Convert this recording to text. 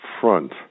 front